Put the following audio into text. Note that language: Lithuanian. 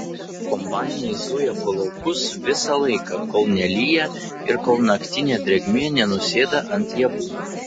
kombainai zuja po laukus visą laiką kol nelyja ir kol naktinė drėgmė nenusėda ant javų